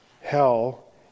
Hell